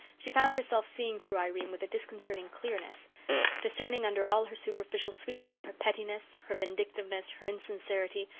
she found herself seeing through irene with a disconcerting clearness discerning under all her superficial sweetness, her pettiness, her vindictiveness, her insincerity,